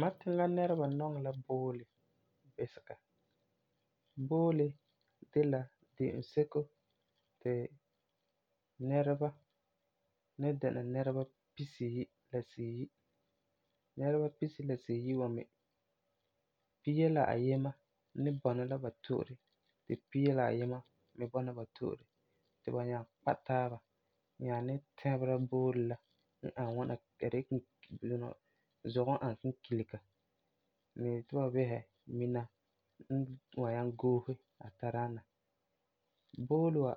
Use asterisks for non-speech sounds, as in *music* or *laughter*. Mam tiŋa nɛreba nɔŋɛ la boole bisega. Boole de la de'eŋo seko ti nɛreba ni dɛna nɛreba pisiyi la si yi. Nɛreba pisiyi la si yi wa me, pia la ayima ni bɔna la ba to'ore, ti pia la ayima me bɔna ba to'ore, ti ba nyaa kpa taaba, nyaa ni tɛbera boole la n ani ŋwana *hesitation* a de la zugɔ n ani kinkilega, ni yeti ba bisɛ mina n wan nyaŋɛ goose a tadaana. Boole wa